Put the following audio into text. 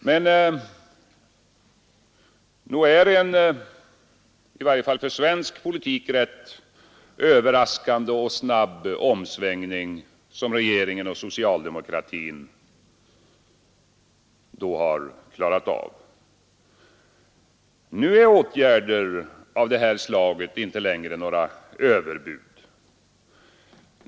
Men nog är det en i varje fall för svensk politik ganska överraskande och snabb omsvängning som regeringen och socialdemokratin då har gjort! Nu är åtgärder av det här slaget inte längre några överbud.